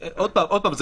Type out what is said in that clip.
שוב, זה